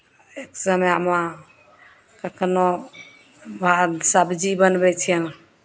एक समयमे कखनो भात सब्जी बनबै छियै